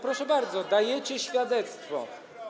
Proszę bardzo, sami dajecie świadectwo.